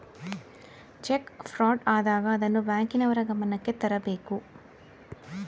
check fraud ಆದಾಗ ಅದನ್ನು ಬ್ಯಾಂಕಿನವರ ಗಮನಕ್ಕೆ ತರಬೇಕು ತರಬೇಕು ತರಬೇಕು